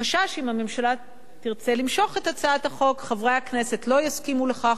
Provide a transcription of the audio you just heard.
החשש שאם הממשלה תרצה למשוך את הצעת החוק חברי הכנסת לא יסכימו לכך,